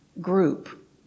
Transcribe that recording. group